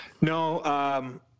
No